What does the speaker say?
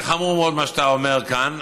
זה חמור מאוד מה שאתה אומר כאן.